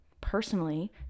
personally